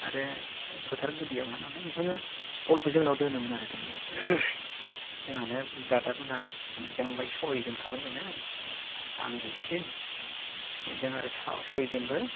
आरो फोथार गुदियावमोन नालाय बेनिखायनो बल खौ जोंनाव दोनोमोन आरो दोननाया जोंहानो ब्रादार मोनहा जों बिदा फंबाय सयज'नखामोन जोङो आं दुइसिन ओमफ्राय जों आरो सयज'नबो